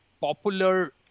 popular